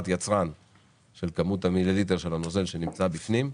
יצרן של כמות המיליליטר שנמצא בפנים.